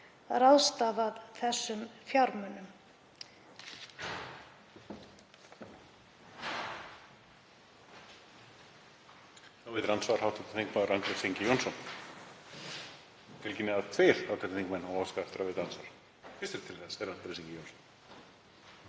ráðstafað þeim fjármunum.